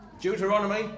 Deuteronomy